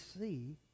see